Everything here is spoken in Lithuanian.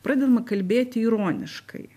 pradedama kalbėti ironiškai